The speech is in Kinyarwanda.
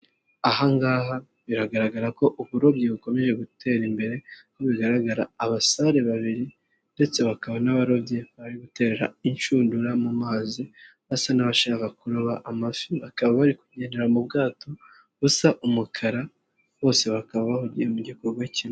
Aha ngaha biragaragara ko uburobyi bukomeje gutera imbere, uko bigaragara abasare babiri ndetse bakaba n'abarobyi bari gutera inshundura mu mazi, basa n'abashakaba kuroba amafi, bakaba bari kugendera mu bwato busa umukara, bose bakaba bahugiye mu gikorwa kimwe.